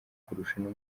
kurushanwa